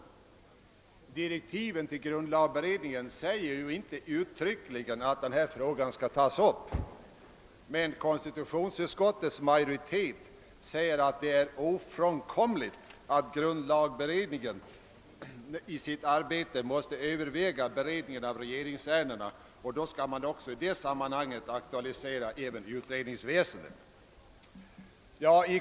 I direktiven till grundlagberedningen sägs inte uttryckligen att frågan skall tas upp, men konstitutionsutskottets majoritet framhåller att det är ofrånkomligt att grundlagberedningen i sitt arbete måste överväga beredningen av regeringsärendena och att i detta sammanhang även frågan om utredningsväsendet kommer att aktualiseras.